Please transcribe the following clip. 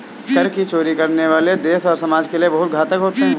कर की चोरी करने वाले देश और समाज के लिए बहुत घातक होते हैं